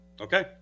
Okay